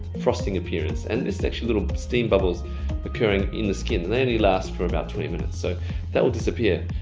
frosting appearance and it's actually little steam bubbles appearing in the skin and they only last for about twenty minutes, so that will disappear.